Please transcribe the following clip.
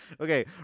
Okay